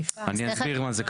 אני אסביר איך זה קשור.